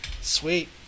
Sweet